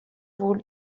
wohl